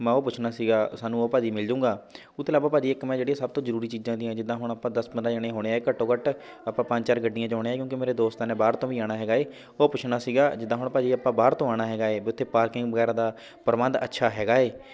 ਮੈਂ ਉਹ ਪੁੱਛਣਾ ਸੀਗਾ ਸਾਨੂੰ ਉਹ ਭਾਅ ਜੀ ਮਿਲ ਜੂਗਾ ਉਹ ਤੋਂ ਇਲਾਵਾ ਭਾਅ ਜੀ ਇੱਕ ਮੈਂ ਜਿਹੜੀਆਂ ਸਭ ਤੋਂ ਜ਼ਰੂਰੀ ਚੀਜ਼ਾਂ ਦੀਆਂ ਜਿੱਦਾਂ ਹੁਣ ਆਪਾਂ ਦਸ ਪੰਦਰਾਂ ਜਣੇ ਹੋਣੇ ਹੈ ਘੱਟੋ ਘੱਟ ਆਪਾਂ ਪੰਜ ਚਾਰ ਗੱਡੀਆਂ 'ਚ ਆਉਣਾ ਹੈ ਕਿਉਂਕਿ ਮੇਰੇ ਦੋਸਤਾਂ ਨੇ ਬਾਹਰ ਤੋਂ ਵੀ ਆਉਣਾ ਹੈਗਾ ਹੈ ਉਹ ਪੁੱਛਣਾ ਸੀਗਾ ਜਿੱਦਾਂ ਹੁਣ ਭਾਅ ਜੀ ਆਪਾਂ ਬਾਹਰ ਤੋਂ ਆਉਣਾ ਹੈਗਾ ਹੈ ਉੱਥੇ ਪਾਰਕਿੰਗ ਵਗੈਰਾ ਦਾ ਪ੍ਰਬੰਧ ਅੱਛਾ ਹੈਗਾ ਹੈ